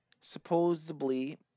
Supposedly